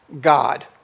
God